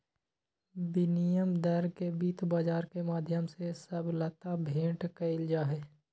विनिमय दर के वित्त बाजार के माध्यम से सबलता भेंट कइल जाहई